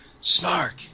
Snark